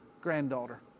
granddaughter